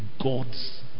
God's